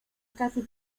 casi